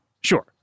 Sure